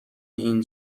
این